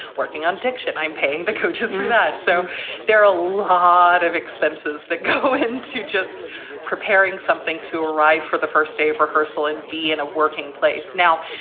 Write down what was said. working on diction. i'm paying the coaches for that. so there are a lot of expenses that go in to just preparing something to arrive for the first day of rehearsal and be in a working place. now,